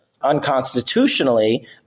unconstitutionally